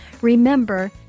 Remember